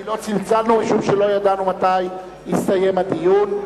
כי לא צלצלנו, משום שלא ידענו מתי יסתיים הדיון.